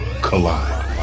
collide